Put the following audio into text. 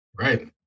Right